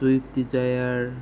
swift desire